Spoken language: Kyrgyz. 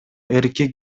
эркек